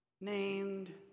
Named